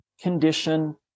condition